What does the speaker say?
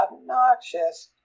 obnoxious